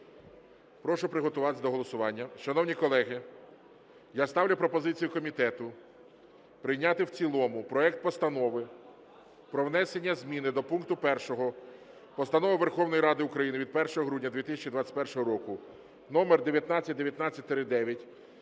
Прошу приготуватися до голосування. Шановні колеги, я ставлю пропозицію комітету прийняти в цілому проект Постанови про внесення зміни до пункту 1 Постанови Верховної Ради України від 1 грудня 2021 року № 1919-IX